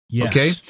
Okay